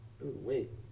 Wait